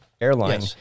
airline